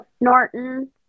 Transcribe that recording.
Norton